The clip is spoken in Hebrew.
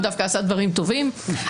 עוד נציגי אקדמיה,